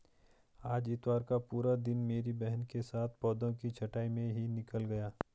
आज इतवार का पूरा दिन मेरी बहन के साथ पौधों की छंटाई में ही निकल गया